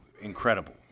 incredible